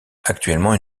actuellement